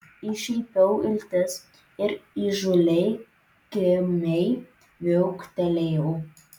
iššiepiau iltis ir įžūliai kimiai viauktelėjau